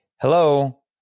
hello